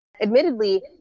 Admittedly